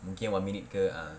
mungkin one minute ke ah